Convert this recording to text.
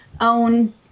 own